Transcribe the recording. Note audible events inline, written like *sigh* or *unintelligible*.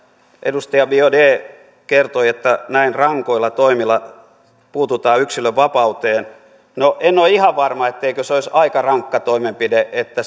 edustaja biaudet kertoi että näin rankoilla toimilla puututaan yksilönvapauteen no en ole ihan varma etteikö se olisi aika rankka toimenpide että *unintelligible*